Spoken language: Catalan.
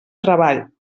treball